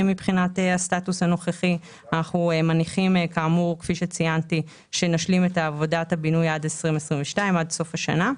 אנחנו מניחים כאמור שנשלים את עבודת הבינוי עד סוף השנה.